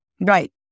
Right